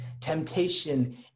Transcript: temptation